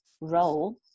role